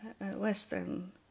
western